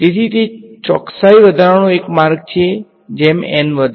તેથી તે ચોકસાઈ વધારવાનો એક માર્ગ છે જેમ N વધે